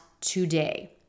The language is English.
today